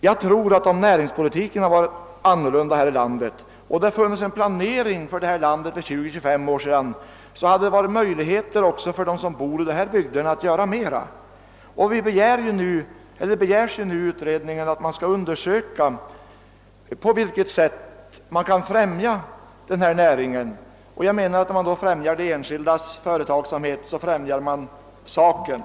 Jag tror att om näringspolitiken varit annorlunda här i landet, om det för 20—25 år sedan hade funnits en planering, skulle möjligheter ha funnits även för dem som bor i dessa bygder att göra mera. I motionerna begärs nu utredning i syfte att undersöka på vilket sätt denna näring kan främjas. Om man då främjar de enskildas fö retagsamhet gynnar man därmed själva saken.